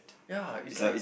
ya is like